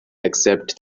except